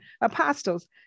apostles